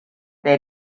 they